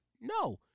No